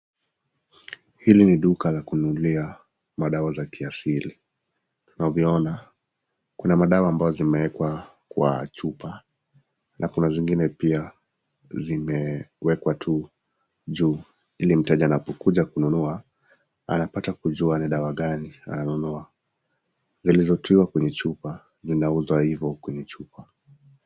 Hili ni duka la kununulia madawa za kiasili. Unavyoona, kuna madawa ambazo zimewekwa kwa chupa na kuna zingine pia zimewekwa tu juu, ili mteja anapokuja kununua, anapata kujua ni dawa gani ananunua. Lililotiwa kwenye chupa, linauzwa hivo kwenye chupa.